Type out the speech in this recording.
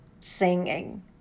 singing